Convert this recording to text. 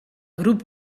grup